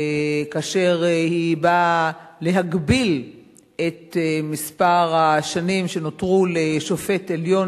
כאשר היא באה להגביל את מספר השנים שנותרו לשופט בית-המשפט